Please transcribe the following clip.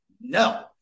no